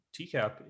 tcap